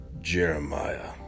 Jeremiah